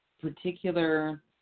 particular